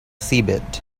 seabed